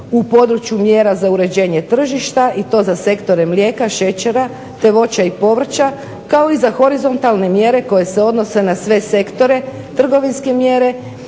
u području mjera za uređenje tržišta i to za sektore mlijeka, šećera te voća i povrća, kao i za horizontalne mjere koje se odnose na sve sektore, trgovinske mjere,